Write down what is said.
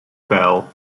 bell